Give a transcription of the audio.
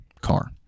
car